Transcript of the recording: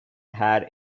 had